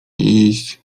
iść